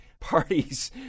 parties